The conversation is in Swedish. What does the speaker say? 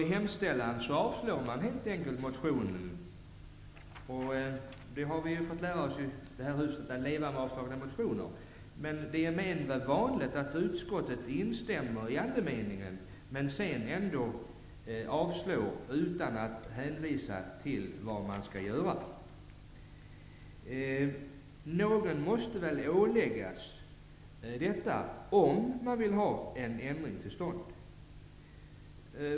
I hemställan avstyrks helt enkelt motionen. I det här huset har vi ju fått lära oss att leva med avstyrkta motioner, men det är mindre vanligt att utskottet instämmer i andemeningen och sedan avstyrker utan att hänvisa till vad som skall göras. Någon måste väl åläggas att göra något om man vill få en ändring till stånd.